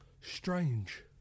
strange